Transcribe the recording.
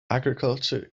agriculture